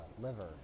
liver